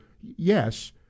yes